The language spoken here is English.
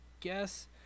guess